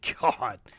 God